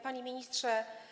Panie Ministrze!